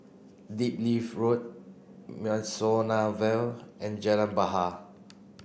Road Mimosa Vale and Jalan Bahar